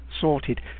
sorted